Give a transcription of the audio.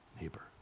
neighbor